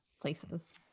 places